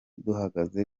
duhagaze